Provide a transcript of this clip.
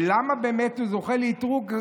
ולמה באמת הוא זוכה לאִתרוג?